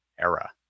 era